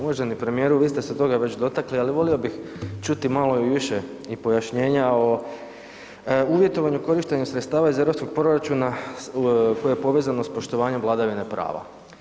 Uvaženi premijeru, vi ste se toga već dotakli ali volio bih čuti malo više i pojašnjenja o uvjetovanju i korištenju sredstava iz europskog proračuna koje je povezano s poštovanjem vladavine prava.